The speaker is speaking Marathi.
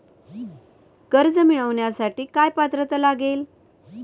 कर्ज मिळवण्यासाठी काय पात्रता लागेल?